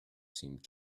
seemed